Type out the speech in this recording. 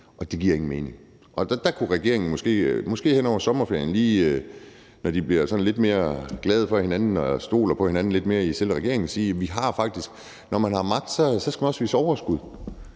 og det giver ingen mening. Og der kunne regeringen måske hen over sommerferien, når de bliver sådan lidt mere glade for hinanden og stoler lidt mere på hinanden, lige sige, at når man har magt, skal man også vise overskud.